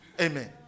Amen